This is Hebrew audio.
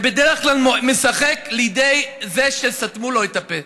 זה בדרך כלל משחק לידי זה שסתמו לו את הפה,